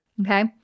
Okay